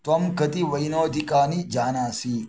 त्वं कति वैनोदिकानि जानासि